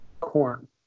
corn